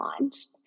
launched